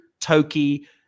Toki